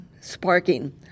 sparking